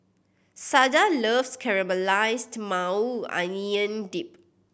Sada loves Caramelized Maui Onion Dip